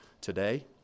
today